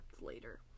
later